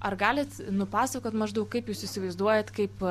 ar galit nupasakot maždaug kaip jūs įsivaizduojat kaip